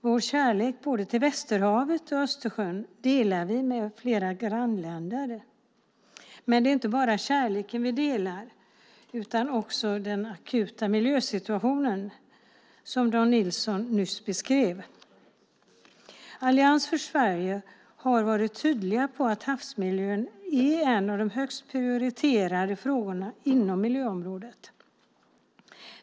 Vår kärlek till både Västerhavet och Östersjön delar vi med flera grannländer. Men det är inte bara kärleken vi delar utan också den akuta miljösituationen som Dan Nilsson nyss beskrev. Allians för Sverige har varit tydlig med att havsmiljön är en av de högst prioriterade frågorna inom miljöområdet.